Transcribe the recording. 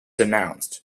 announced